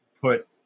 put